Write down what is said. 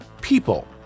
People